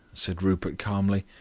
said rupert calmly.